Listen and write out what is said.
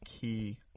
key –